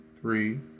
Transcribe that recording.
three